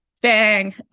bang